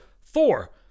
four